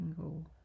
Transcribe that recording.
go